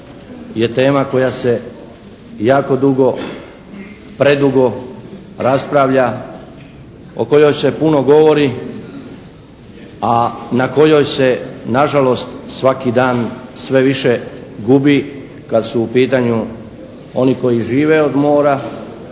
je tema koja se jako dugo, predugo raspravlja, o kojoj se puno govori a na kojoj se nažalost svaki dan sve više gubi kada su u pitanju oni koji žive od mora